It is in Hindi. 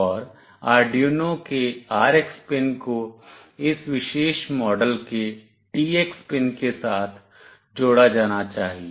और आर्डयूनो के RX पिन को इस विशेष मॉडल के TX पिन के साथ जोड़ा जाना चाहिए